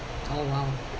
oh !wow!